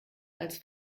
als